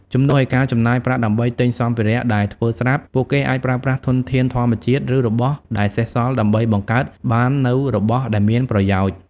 ជំនួសឲ្យការចំណាយប្រាក់ដើម្បីទិញសម្ភារៈដែលធ្វើស្រាប់ ពួកគេអាចប្រើប្រាស់ធនធានធម្មជាតិ ឬរបស់ដែលសេសសល់ដើម្បីបង្កើតបាននូវរបស់ដែលមានប្រយោជន៍។